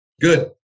Good